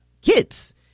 kids